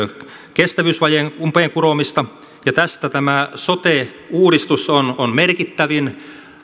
kestävyysvajeen umpeen kuromista ja näistä tämä sote uudistus on on merkittävin